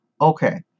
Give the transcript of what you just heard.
Okay